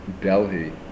Delhi